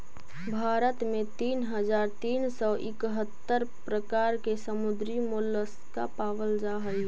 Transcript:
भारत में तीन हज़ार तीन सौ इकहत्तर प्रकार के समुद्री मोलस्का पाबल जा हई